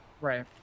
Right